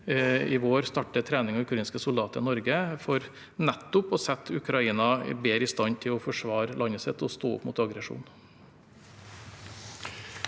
i vår starter trening av ukrainske soldater i Norge for nettopp å sette Ukraina bedre i stand til å forsvare landet sitt og stå opp mot aggresjonen.